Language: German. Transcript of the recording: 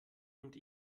und